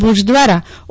ભુજ દ્વારા ઓ